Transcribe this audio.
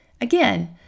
Again